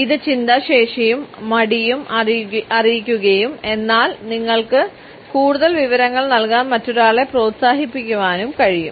ഇത് ചിന്താശേഷിയും മടിയും അറിയിക്കുകയും എന്നാൽ നിങ്ങൾക്ക് കൂടുതൽ വിവരങ്ങൾ നൽകാൻ മറ്റൊരാളെ പ്രോത്സാഹിപ്പിക്കുവാനും കഴിയും